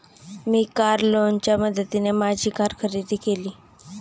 मी car लोनच्या मदतीने माझी कार खरेदी केली